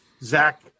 Zach